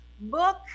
book